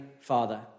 father